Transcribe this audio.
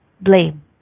blame